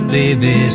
baby